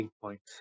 points